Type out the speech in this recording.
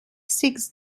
six